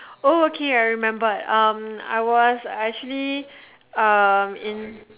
oh okay I remember um I was actually um in